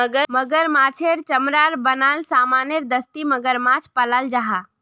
मगरमाछेर चमरार बनाल सामानेर दस्ती मगरमाछ पालाल जाहा